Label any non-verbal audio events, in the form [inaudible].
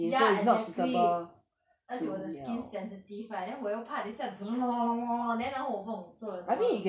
ya exactly 而且我的 skin sensitive right then 我又怕等一下 [noise] [noise] then 然后我不懂做了什么东西